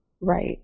Right